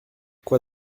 quoi